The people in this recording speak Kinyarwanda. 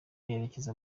yerekeza